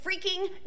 freaking